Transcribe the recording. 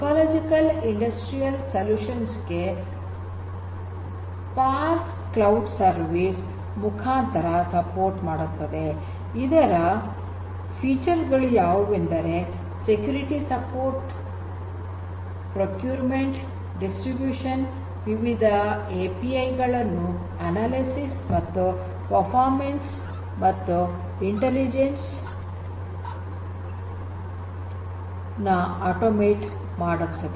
ecological industrial solutions ಗೆ PaaS cloud service ಮುಖಾಂತರ support ಮಾಡುತ್ತದೆ ಇದರ ಪ್ರೊಕ್ಯೂರ್ಮೆಂಟ್ ಫೀಚರ್ ಗಳು ಯಾವುವೆಂದರೆ ಸೆಕ್ಯೂರಿಟಿ ಸಪೋರ್ಟ್ ಪ್ರೊಕ್ಯೂರ್ಮೆಂಟ್ ಮತ್ತು ಡಿಸ್ಟ್ರಿಭೂಷಣ್ ಗಳು ವಿವಿಧ ಎಪಿಐ ಗಳನ್ನು ಅನಾಲಿಸಿಸ್ ಮತ್ತು ಪರ್ಫಾರ್ಮೆನ್ಸ್ ಮತ್ತು ಇಂಟೆಲಿಜೆನ್ಸ್ ನ ಆಟೋಮೇಟ್ ಮಾಡುತ್ತದೆ